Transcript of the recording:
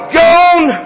gone